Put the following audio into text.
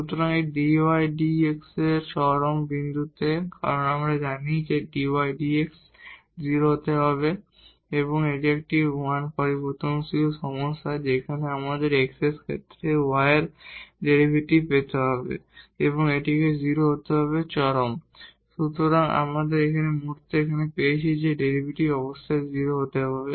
সুতরাং এই dydx এর সাথে এবং এক্সট্রিমা বিন্দুতে কারণ আমরা জানি যে dudx 0 হতে হবে এটি একটি 1 পরিবর্তনশীল সমস্যা যেখানে আমাদের x এর ক্ষেত্রে u এর এই ডেরিভেটিভ পেতে হবে এবং এটিকে 0 হতে হবে এক্সট্রিমা সুতরাং আমরা এই মুহুর্তে এখানে পেয়েছি যে এই ডেরিভেটিভ অবশ্যই 0 হতে হবে